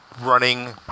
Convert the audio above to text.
running